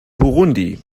burundi